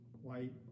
white